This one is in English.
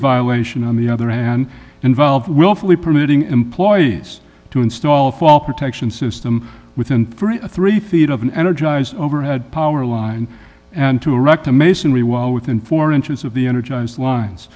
violation on the other hand involved willfully permitting employees to install fall protection system within three to three feet of an energized overhead power line and to erect a masonry wall within four inches of the energized lines